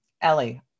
Ellie